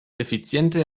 effiziente